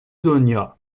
دنیا